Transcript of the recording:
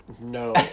no